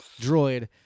droid